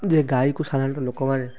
ଯେ ଗାଈକୁ ସାଧାରଣତଃ ଲୋକମାନେ